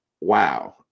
Wow